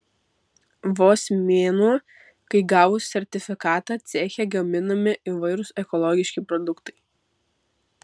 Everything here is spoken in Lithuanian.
vos mėnuo kai gavus sertifikatą ceche gaminami įvairūs ekologiški produktai